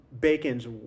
bacons